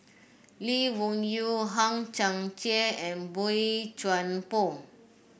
Lee Wung Yew Hang Chang Chieh and Boey Chuan Poh